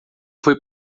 foi